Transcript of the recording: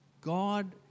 God